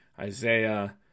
Isaiah